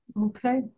Okay